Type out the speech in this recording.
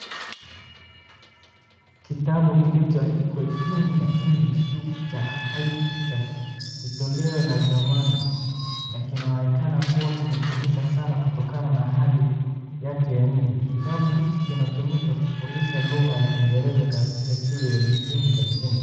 Kitabu kilichoandikwa Junior English 2 cha Haydn Richards ni toleo la zamani na inaonekana kuwa kimetumika sana kutokana na hali yake ya nje. Kitabu hiki kinatumika kufundisha lugha ya kiingereza katika shule za msingi ya chini.